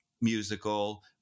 musical